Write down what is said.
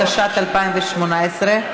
התשע"ט 2018,